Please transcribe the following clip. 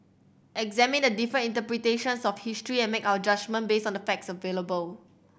examine the different interpretations of history and make our judgement based on the facts available